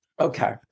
Okay